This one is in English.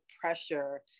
pressure